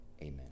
Amen